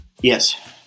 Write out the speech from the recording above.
Yes